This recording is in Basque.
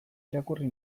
irakurri